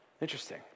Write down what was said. Interesting